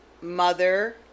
mother